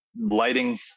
lighting